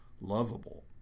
lovable